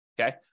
Okay